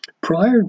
Prior